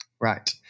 Right